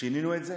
שינינו את זה.